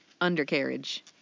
undercarriage